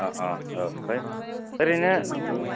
अ अ ओमफ्राय ओरैनो